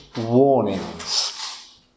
warnings